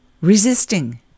resisting